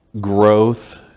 growth